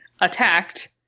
attacked